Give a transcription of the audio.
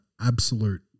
absolute